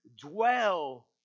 dwell